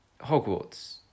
Hogwarts